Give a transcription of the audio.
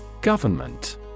Government